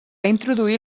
introduir